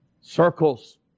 Circles